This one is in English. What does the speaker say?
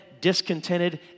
discontented